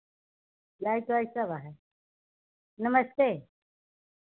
light वाईट सब है नमस्ते